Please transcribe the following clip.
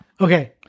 Okay